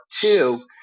two